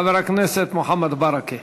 חבר הכנסת מוחמד ברכה.